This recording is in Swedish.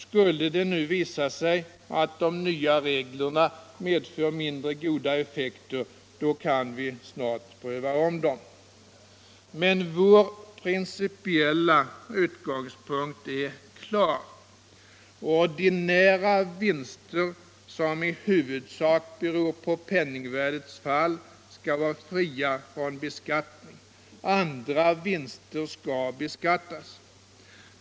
Skulle det visa sig att de nya reglerna medför mindre goda effekter kan vi snart pröva om dem. Men vår principiella utgångspunkt är klar: Ordinära vinster som i huvudsak beror på penningvärdets fall skall vara fria från beskattning. Andra vinster skall beskattas.